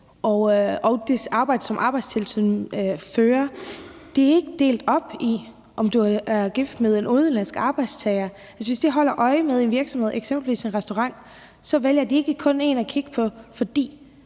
det arbejde, som Arbejdstilsynet gør, er ikke delt op i, om du er gift med en udenlandsk arbejdstager eller ej. Hvis de holder øje med en virksomhed, eksempelvis en restaurant, så vælger de ikke kun at kigge på den, fordi